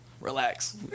relax